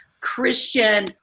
Christian